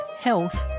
Health